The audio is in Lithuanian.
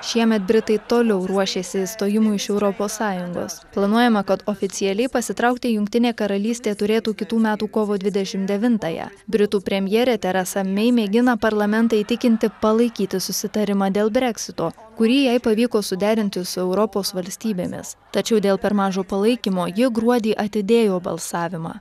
šiemet britai toliau ruošėsi išstojimui iš europos sąjungos planuojama kad oficialiai pasitraukti jungtinė karalystė turėtų kitų metų kovo dvidešim devintąją britų premjerė teresa mei mėgina parlamentą įtikinti palaikyti susitarimą dėl breksito kurį jai pavyko suderinti su europos valstybėmis tačiau dėl per mažo palaikymo ji gruodį atidėjo balsavimą